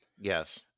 Yes